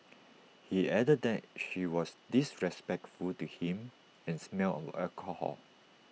he added that she was disrespectful to him and smelled of alcohol